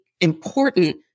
important